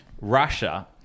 Russia